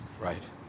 Right